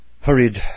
hurried